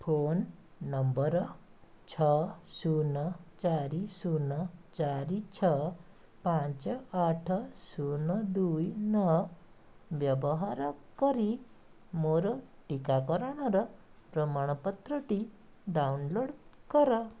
phone number ଛଅ ଶୂନ ଚାରି ଶୂନ ଚାରି ଛଅ ପାଞ୍ଚ ଆଠ ଶୂନ ଦୁଇ ନଅ ବ୍ୟବହାର କରି ମୋର ଟିକାକରଣର ପ୍ରମାଣପତ୍ରଟି ଡାଉନଲୋଡ଼୍ କର